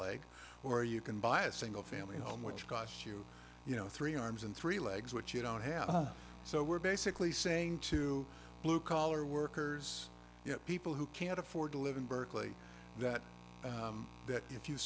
leg or you can buy a single family home which costs you you know three arms and three legs which you don't have so we're basically saying to blue collar workers you know people who can't afford to live in berkeley that that if you